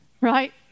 Right